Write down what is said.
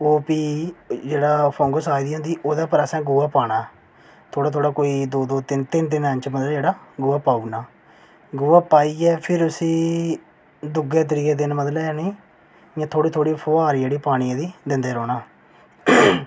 ओह् प्ही जेह्ड़ी फंगस आई दी होंदी असें ओह्दे पर गोहा पाना थोह्ड़ा थोह्ड़ा कोई दौ दौ तीन तीन इंच जेह्ड़ा गोहा पाई ओड़ना गोहा पाइयै फिर उसी दूऐ त्रियै दिन आनी इं'या थोह्ड़ी थोह्ड़ी फुहार जेह्ड़ी पानियै दी दिंदे रौह्ना